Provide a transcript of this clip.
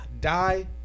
Die